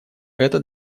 это